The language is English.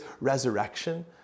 resurrection